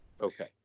Okay